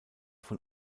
von